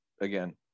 again